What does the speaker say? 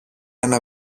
ένα